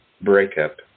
breakup